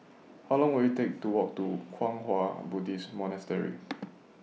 How Long Will IT Take to Walk to Kwang Hua Buddhist Monastery